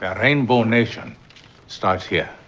rainbow nation starts here.